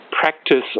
practice